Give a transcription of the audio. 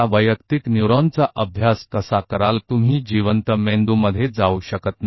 आप इस एकल न्यूरॉन का अध्ययन कैसे करते हैं आप जीवित मस्तिष्क में नहीं जा सकते